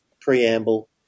preamble